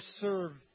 serve